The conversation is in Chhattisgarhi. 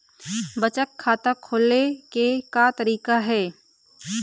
बचत खाता खोले के का तरीका हे?